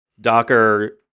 Docker